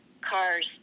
Cars